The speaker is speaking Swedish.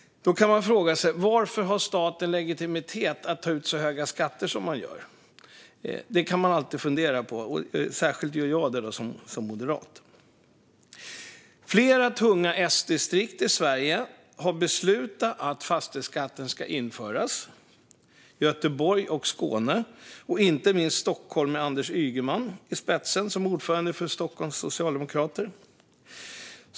Varför har staten legitimitet att ta ut så höga skatter som den gör? Det kan man alltid fundera på - och särskilt jag som moderat. Flera tunga S-distrikt i Sverige har beslutat att fastighetsskatten ska återinföras. Det gäller Göteborg, Skåne och inte minst Stockholm, med Anders Ygeman i spetsen som ordförande för Stockholms socialdemokrater.